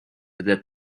that